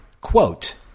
quote